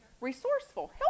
Resourceful